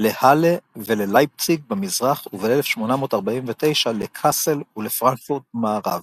להאלה וללייפציג במזרח וב-1849 לקאסל ולפרנקפורט במערב.